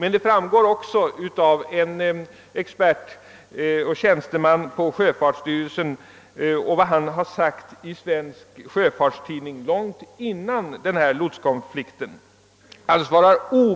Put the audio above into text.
En expert som är tjänsteman på sjöfartsstyrelsen har också svarat obetingat ja på den frågan i Svensk Sjöfarts Tidning långt innan lotskonflikten uppstod.